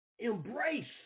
Embrace